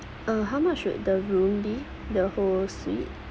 uh how much would the room be the whole suite